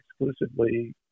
exclusively